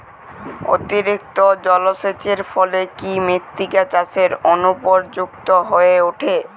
অতিরিক্ত জলসেচের ফলে কি মৃত্তিকা চাষের অনুপযুক্ত হয়ে ওঠে?